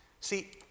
See